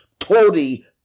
Tory